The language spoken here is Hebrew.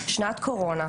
שנת קורונה,